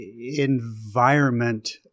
environment